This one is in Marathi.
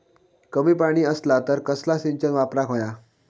कमी पाणी असला तर कसला सिंचन वापराक होया?